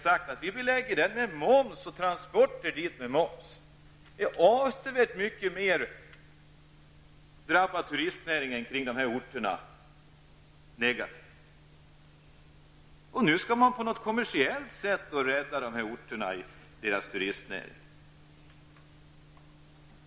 Samtidigt belägger man turistnäringen och transporter med moms. Det drabbar turistnäringen på dessa orter avsevärt mycket mer negativt. Nu skall man i stället på någon kommersiell väg rädda dessa orter och deras turistnäring.